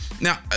Now